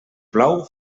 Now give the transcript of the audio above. plou